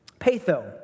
Patho